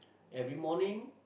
every morning